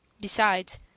Besides